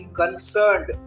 concerned